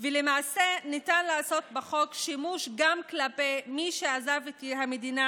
ולמעשה ניתן לעשות בחוק שימוש גם כלפי מי שעזב את המדינה